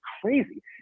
crazy